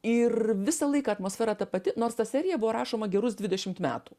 ir visą laiką atmosfera ta pati nors ta serija buvo rašoma gerus dvidešimt metų